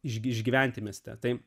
išgyventi mieste tai